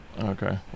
Okay